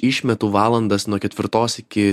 išmetu valandas nuo ketvirtos iki